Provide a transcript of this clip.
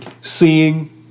seeing